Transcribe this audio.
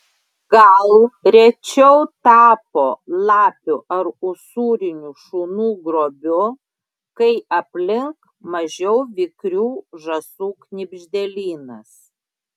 gal rečiau tapo lapių ar usūrinių šunų grobiu kai aplink mažiau vikrių žąsų knibždėlynas